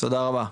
תודה רבה.